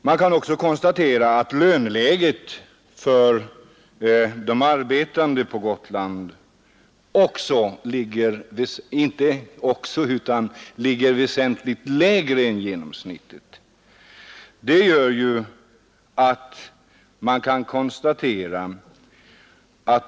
Dessutom ligger löneläget för de arbetande på Gotland väsentligt under genomsnittet för landet i övrigt.